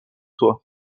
toi